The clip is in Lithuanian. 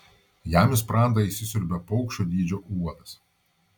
jam į sprandą įsisiurbia paukščio dydžio uodas